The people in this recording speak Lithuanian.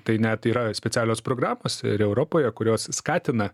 tai net yra specialios programos europoje kurios skatina